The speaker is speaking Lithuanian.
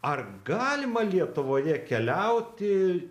ar galima lietuvoje keliauti